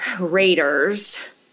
Raiders